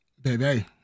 Baby